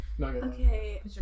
Okay